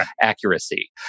accuracy